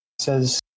says